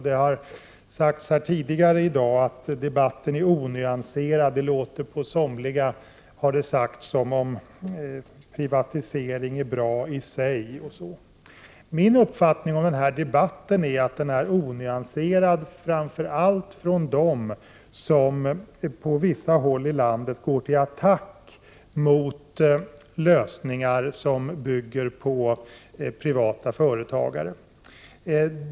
Det har sagts tidigare i dag att debatten är onyanserad och att det på somliga låter som om privatisering är bra i sig osv. Min uppfattning är att debatten är onyanserad framför allt från dem som på vissa håll i landet går till attack mot lösningar som bygger på privata företagare.